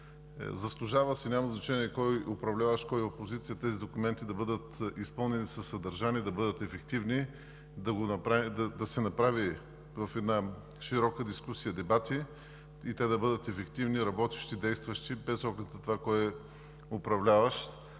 Заслужава си, няма значение кой е управляващ, кой опозиция, тези документи да бъдат изпълнени със съдържание, да бъдат ефективни, да се направи в една широка дискусия и дебати и те да бъдат ефективни, работещи, действащи без оглед на това кой е управляващ